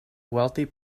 wealthy